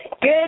Good